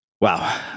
Wow